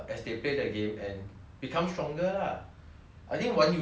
I think 玩游戏就是寻求这些 like 刺激感的 mah